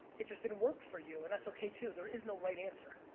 it just didn't work for you and that's okay to. there is no right answer.